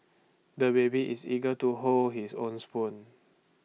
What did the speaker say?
the baby is eager to hold his own spoon